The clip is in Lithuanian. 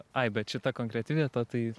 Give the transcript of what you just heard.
ai bet šita konkreti vieta tai